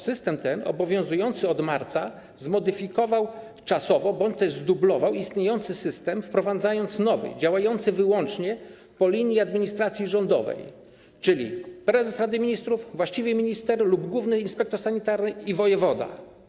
System ten, obowiązujący od marca, zmodyfikował czasowo bądź też zdublował istniejący system, wprowadzając nowy, który działa wyłącznie po linii administracji rządowej, czyli prezesa Rady Ministrów, właściwego ministra lub głównego inspektora sanitarnego i wojewody.